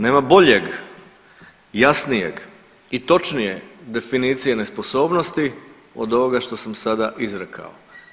Nema boljeg, jasnijeg i točnije definicije nesposobnosti od ovoga što sam sada izrekao.